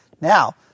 Now